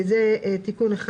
זה תיקון אחד.